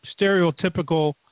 stereotypical